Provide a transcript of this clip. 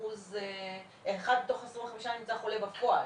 1 מתוך 25 נמצא חולה בפועל.